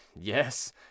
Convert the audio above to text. yes